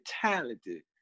talented